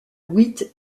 witt